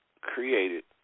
created